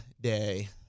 Day